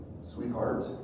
Sweetheart